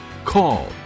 call